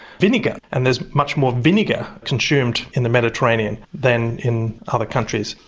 vinegar, and there's much more vinegar consumed in the mediterranean than in other countries.